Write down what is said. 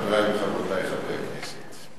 חברי וחברותי חברי הכנסת,